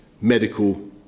medical